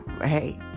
hey